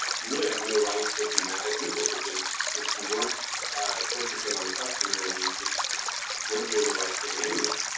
you really have no right to be mad at google because if you weren't focusing on the customer, then you just weren't doing the right thing anyway.